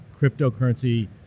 cryptocurrency